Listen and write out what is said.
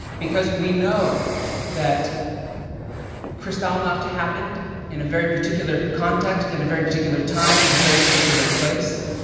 because we know that kristallnacht happened in a very particular context, in a very particular time, in a very particular place.